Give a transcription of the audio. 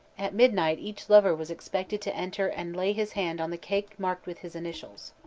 at midnight each lover was expected to enter and lay his hand on the cake marked with his initials.